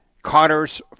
Carter's